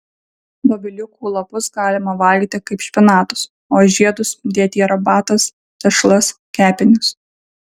dobiliukų lapus galima valgyti kaip špinatus o žiedus dėti į arbatas tešlas kepinius